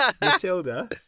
Matilda